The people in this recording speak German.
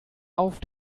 auf